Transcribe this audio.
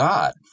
God